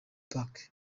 park